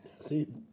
See